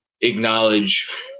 acknowledge